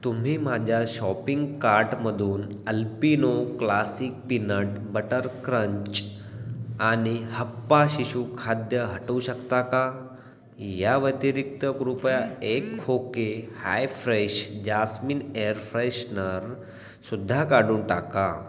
तुम्ही माझ्या शॉपिंग कार्टमधून Alpino classic peanut butter crunch आणि हप्पा शिशु खाद्य हटवू शकता का या व्यतिरिक्त कृपया एक खोके हायफ्रेश जास्मिन एअर फ्रेशनरसुद्धा काढून टाका